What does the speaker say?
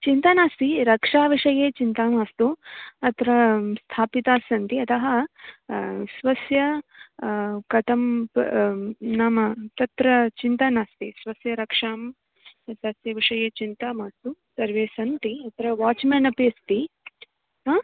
चिन्ता नास्ति रक्षाविषये चिन्ता मास्तु अत्र स्थापितास्सन्ति अतः स्वस्य कथं प नाम तत्र चिन्ता नास्ति स्वस्य रक्षां तस्य विषये चिन्ता मास्तु सर्वे सन्ति अत्र वाच् मेन्न्नपि अस्ति आ